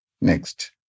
Next